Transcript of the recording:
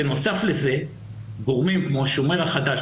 בנוסף לזה גורמים כמו השומר החדש,